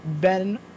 Ben